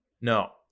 No